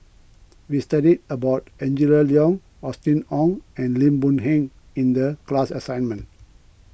we studied about Angela Liong Austen Ong and Lim Boon Keng in the class assignment